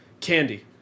Candy